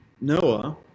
Noah